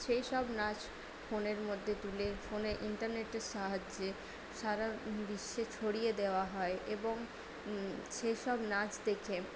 সেই সব নাচ ফোনের মধ্যে তুলে ফোনের ইন্টারনেটের সাহায্যে সারা বিশ্বে ছড়িয়ে দেওয়া হয় এবং সেই সব নাচ দেখে